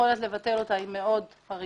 היכולת לבטל תושבות קבע מאוד חריגה.